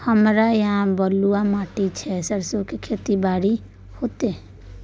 हमरा यहाँ बलूआ माटी छै सरसो के खेती बारी होते?